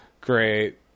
Great